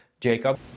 Jacob